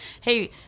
hey